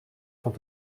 van